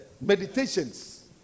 meditations